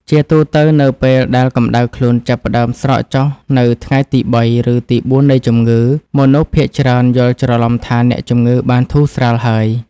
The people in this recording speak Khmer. ជាទូទៅ នៅពេលដែលកម្តៅខ្លួនចាប់ផ្តើមស្រកចុះនៅថ្ងៃទីបី ឬទីបួននៃជំងឺ មនុស្សភាគច្រើនយល់ច្រឡំថាអ្នកជំងឺបានធូរស្រាលហើយ។